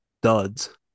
duds